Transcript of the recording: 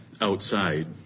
outside